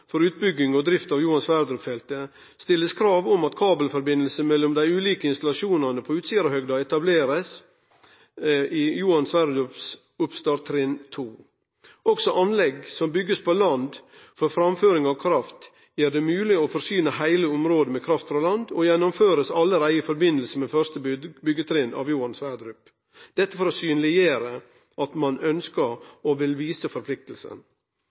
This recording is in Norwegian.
for utbygging og drift av Johan Sverdrup-feltet blir det stilt krav om at kabelsamband mellom dei ulike installasjonane på Utsirahøgda blir etablert i Johan Sverdrups oppstarttrinn 2. Også anlegg som blir bygde på land for framføring av kraft og gjer det mogleg å forsyne heile området med kraft frå land, blir gjennomførde allereie i samband med første byggjetrinn av Johan Sverdrup, for å synleggjere at ein ønskjer å vise